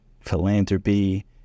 philanthropy